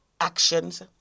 actions